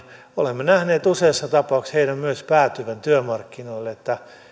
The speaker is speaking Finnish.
olemme nähneet useassa tapauksessa heidän myös päätyvän työmarkkinoille että